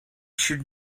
should